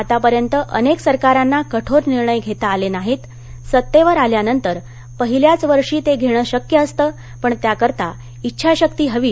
आतापर्यंत अनेक सरकारांना कठोर निर्णय घेता आले नाहीत सत्तेवर आल्यानंतर पहिल्याच वर्षी ते घेणं शक्य असतं पण त्याकरता इच्छाशक्ती हवी